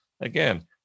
again